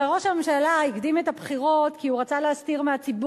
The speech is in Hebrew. הרי ראש הממשלה הקדים את הבחירות כי הוא רצה להסתיר מהציבור